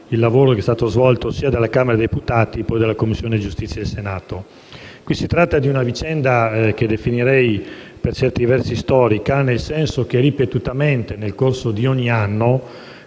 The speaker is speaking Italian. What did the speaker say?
il lavoro svolto dalla Camera dei deputati e poi dalla Commissione giustizia del Senato. Si tratta di una vicenda che definirei per certi versi storica, nel senso che ripetutamente, ogni anno,